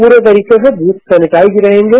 पूरी तरीके से बूथ सेनेटाइज रहेंगें